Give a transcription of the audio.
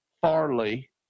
Farley